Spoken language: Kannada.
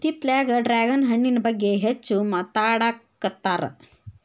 ಇತ್ತಿತ್ತಲಾಗ ಡ್ರ್ಯಾಗನ್ ಹಣ್ಣಿನ ಬಗ್ಗೆ ಹೆಚ್ಚು ಮಾತಾಡಾಕತ್ತಾರ